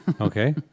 okay